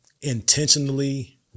intentionally